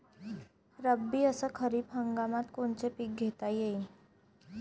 रब्बी अस खरीप हंगामात कोनचे पिकं घेता येईन?